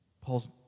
Paul's